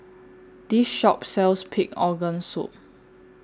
This Shop sells Pig Organ Soup